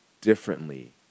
differently